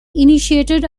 initiated